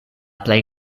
plej